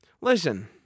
listen